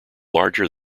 larger